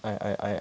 I I I